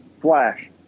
Flash